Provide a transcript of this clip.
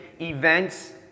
events